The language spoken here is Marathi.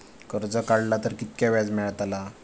कर्ज काडला तर कीतक्या व्याज मेळतला?